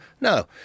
No